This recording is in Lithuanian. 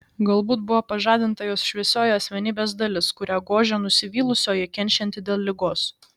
galbūt buvo pažadinta jos šviesioji asmenybės dalis kurią gožė nusivylusioji kenčianti dėl ligos